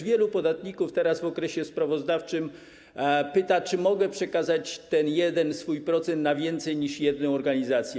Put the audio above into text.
Wielu podatników teraz w okresie sprawozdawczym pyta, czy mogą przekazać swój 1% na więcej niż jedną organizację.